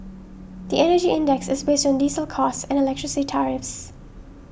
the Energy Index is based on diesel costs and electricity tariffs